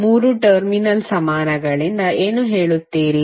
3 terminal ಸಮಾನಗಳಿಂದ ಏನು ಹೇಳುತ್ತೀರಿ